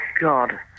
God